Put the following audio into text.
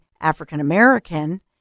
African-American